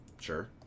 Sure